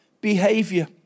behavior